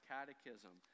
Catechism